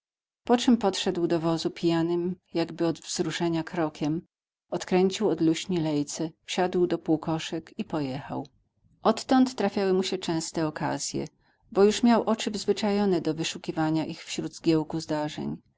po czym podszedł do wozu pijanym jakby od wzruszenia krokiem odkręcił od luśni lejce wsiadł do półkoszek i pojechał odtąd trafiały mu się częste okazje bo już miał oczy wzwyczajone do wyszukiwania ich wśród zgiełku zdarzeń